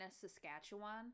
Saskatchewan